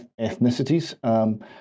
ethnicities